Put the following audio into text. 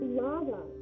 lava